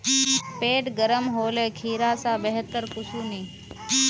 पेट गर्म होले खीरा स बेहतर कुछू नी